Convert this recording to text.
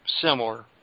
similar